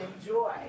enjoy